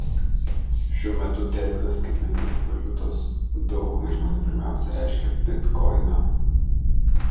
šiuo metu terminas skaitmeninės valiutos daugumai žmonių pirmiausia reiškia bitkoiną